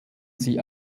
sie